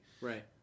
right